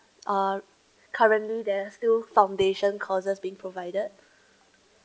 uh currently there are still foundation courses being provided